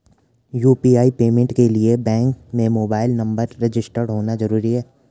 UPI payment के लिए bank में मोबाइल नंबर रजिस्टर्ड होना जरूरी है क्या?